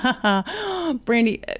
Brandy